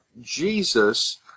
Jesus